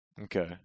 Okay